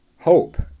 hope